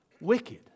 wicked